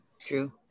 True